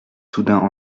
soudain